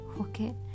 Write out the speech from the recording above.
okay